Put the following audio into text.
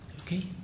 okay